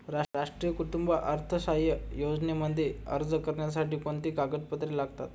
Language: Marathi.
राष्ट्रीय कुटुंब अर्थसहाय्य योजनेमध्ये अर्ज करण्यासाठी कोणती कागदपत्रे लागतात?